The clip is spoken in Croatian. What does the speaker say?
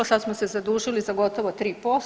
Sada smo se zadužili za gotovo 3%